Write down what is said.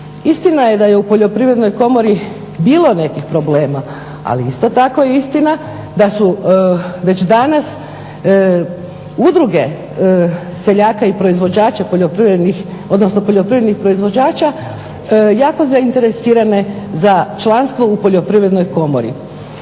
Istina je da je u Poljoprivrednoj komori bilo nekih problema, ali isto tako je istina da su već danas udruge seljaka i proizvođača poljoprivrednih, odnosno poljoprivrednih proizvođača jako zainteresirane za članstvo u Poljoprivrednoj komori.